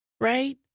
Right